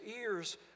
ears